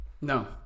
No